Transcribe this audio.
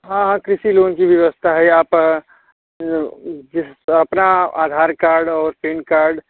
हाँ हाँ कृषि लोन की व्यवस्था है यहाँ प जिस अपना आधार कार्ड और पेन कार्ड